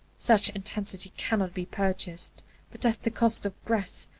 such intensity cannot be purchased but at the cost of breadth,